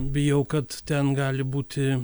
bijau kad ten gali būti